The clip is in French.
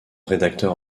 rédacteur